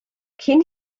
cyn